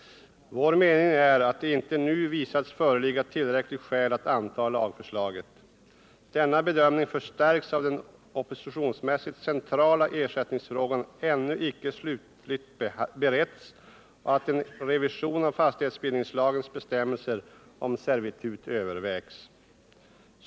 Vår mening är att det inte nu visats föreligga tillräckliga skäl att anta lagförslaget. Denna bedömning förstärks av att den opinionsmässigt centrala ersättningsfrågan ännu inte slutligt beretts och av att en revision av fastighetsbildningslagens bestämmelser om servitut övervägs.